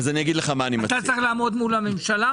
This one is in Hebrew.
אתה צריך לעמוד מול הממשלה.